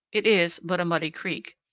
it is but a muddy creek.